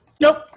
Nope